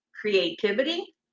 creativity